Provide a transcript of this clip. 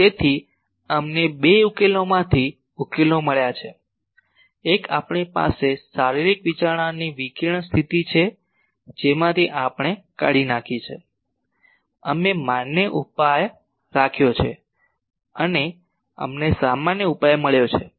તેથી અમને બે ઉકેલોમાંથી ઉકેલો મળ્યાં છે એક આપણી પાસે શારીરિક વિચારણાની વિકિરણ સ્થિતિ છે જેમાંથી આપણે કાઢી નાખી છે અમે માન્ય ઉપાય રાખ્યો છે અને અમને સામાન્ય ઉપાય મળ્યો છે